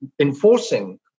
enforcing